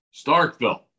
Starkville